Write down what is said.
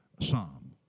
Psalm